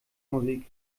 musik